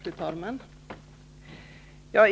Fru talman!